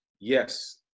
Yes